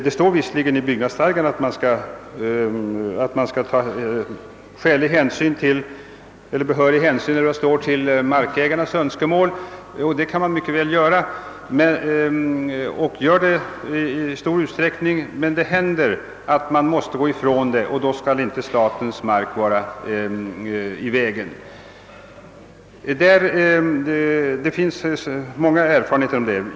Det står visserligen i byggnadsstadgan att behörig hänsyn skall tas till markägarnas önskemål, och det sker också i stor utsträckning, men ibland måste man frångå ett sådant hänsynstagande, och då skall inte statens mark vara i vägen. Det finns många erfarenheter av denna sak.